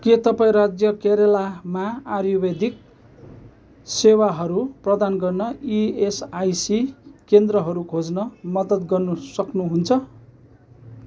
के तपाईँ राज्य केरलामा आर्युवेदिक सेवाहरू प्रदान गर्न इएसआइसी केन्द्रहरू खोज्न मद्दत गर्नु सक्नुहुन्छ